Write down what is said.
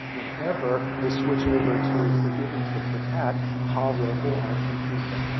whenever they switch over to a forgiving tit for tat, pavlov will out-compete them,